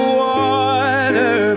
water